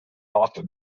notre